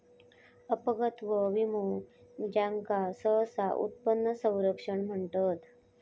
अपंगत्व विमो, ज्याका सहसा उत्पन्न संरक्षण म्हणतत